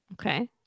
Okay